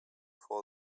for